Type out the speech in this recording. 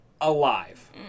alive